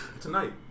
Tonight